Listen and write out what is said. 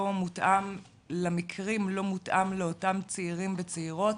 לא מותאם למקרים, לא מותאם לאותם צעירים וצעירות,